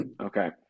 Okay